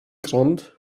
grund